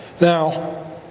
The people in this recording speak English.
Now